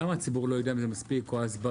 למה הציבור לא יודע אם זה מספיק או הסברה?